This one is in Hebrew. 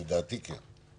לדעתי כן.